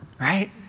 right